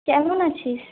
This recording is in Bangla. কেমন আছিস